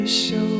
show